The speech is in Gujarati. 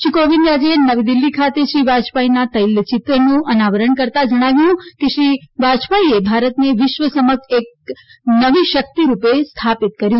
શ્રી કોવિંદે આજે નવી દિલ્હી ખાતે શ્રી વાજપાઇના ચિત્રનું અનાવરણ કરતા જણાવ્યું કે શ્રી વાજપાઇએ ભારતને વિશ્વ સમક્ષ એક નવી શકિતરૂપે સ્થાપિત કર્યું